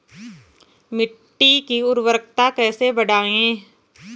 मिट्टी की उर्वरकता कैसे बढ़ायें?